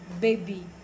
Baby